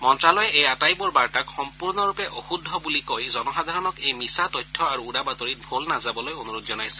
মন্ত্যালয়ে এই আটাইবোৰ বাৰ্তাক সম্পূৰ্ণৰূপে অশুদ্ধ বুলি কৈ জনসাধাৰণক এই মিছা তথ্য আৰু উৰাবাতৰিত ভোল নাযাবলৈ অনুৰোধ জনাইছে